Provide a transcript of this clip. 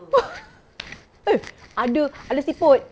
eh ada ada siput